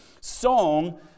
song